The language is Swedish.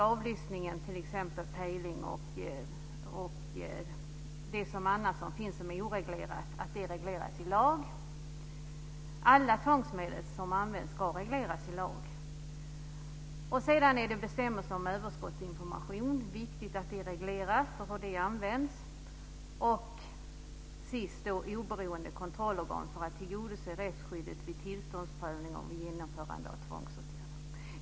Det är också viktigt att alla tvångsmedel som används regleras i lag, t.ex. annan teknisk avlyssning, pejling m.m. som är oreglerat. Det finns också bestämmelser om överskottsinformation. Det är viktigt att reglera hur man använder sådan. Sist har vi oberoende kontrollorgan för att tillgodose rättsskyddet vid tillståndsprövning och genomförande av tvångsåtgärder.